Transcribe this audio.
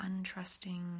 untrusting